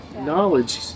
knowledge